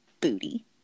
booty